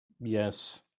yes